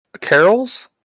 Carols